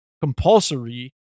compulsory